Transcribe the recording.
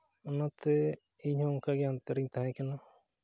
ᱚᱱᱟᱛᱮ ᱤᱧ ᱦᱚᱸ ᱚᱱᱠᱟᱜᱮ ᱚᱱᱛᱮ ᱨᱤᱧ ᱛᱟᱦᱮᱸ ᱠᱟᱱᱟ